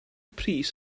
pris